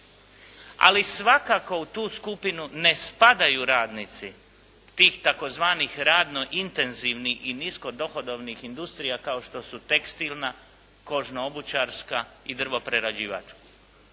Ali svakako u tu skupinu ne spadaju radnici tih tzv. radno intenzivnih i nisko dohodovnih industrija kao što su tekstilna, kožno-obućarska i drvo-prerađivačka.